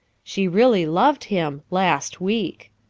she really loved him last week!